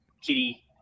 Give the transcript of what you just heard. Kitty